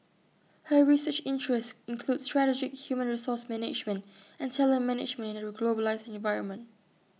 her research interests include strategic human resource management and talent management in A globalised environment